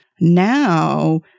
Now